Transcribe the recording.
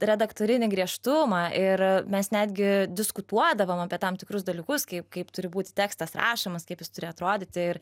redaktorinį griežtumą ir mes netgi diskutuodavom apie tam tikrus dalykus kai kaip turi būti tekstas rašomas kaip jis turi atrodyti ir